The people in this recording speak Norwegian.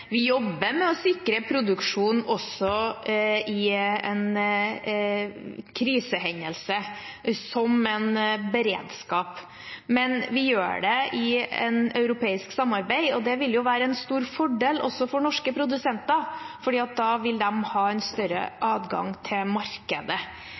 Vi jobber med å sikre produksjon også i en krisehendelse som en beredskap, men vi gjør det i et europeisk samarbeid. Det vil være en stor fordel også for norske produsenter, for da vil de ha større